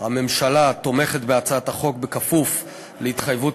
הממשלה תומכת בהצעת החוק בכפוף להתחייבות